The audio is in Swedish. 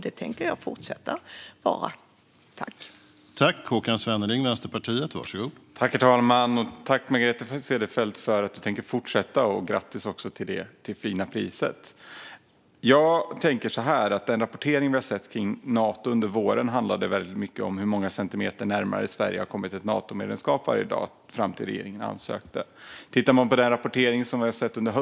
Det tänker jag fortsätta att vara.